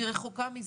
היא רחוקה מזה.